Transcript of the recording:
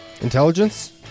Intelligence